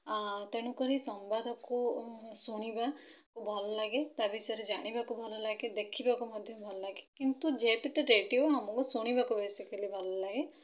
ଆଉ ତେଣୁକରି ସମ୍ବାଦକୁ ଶୁଣିବା ଭଲଲାଗେ ତା' ବିଷୟରେ ଜାଣିବାକୁ ଭଲଲାଗେ ଦେଖିବାକୁ ମଧ୍ୟ ଭଲଲାଗେ କିନ୍ତୁ ଯେହେତୁ ଏଟା ରେଡ଼ିଓ ଆମକୁ ଶୁଣିବାକୁ ବେସିକାଲି ଭଲଲାଗେ